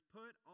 put